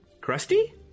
crusty